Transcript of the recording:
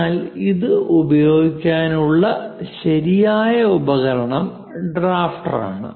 എന്നാൽ ഇത് ഉപയോഗിക്കുന്നതിനുള്ള ശരിയായ ഉപകരണം ഡ്രാഫ്റ്റർ ആണ്